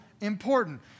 important